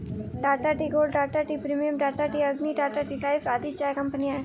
Tata tea gold, Tata tea premium, Tata tea Agni, Tata tea life आदि चाय कंपनियां है